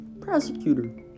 prosecutor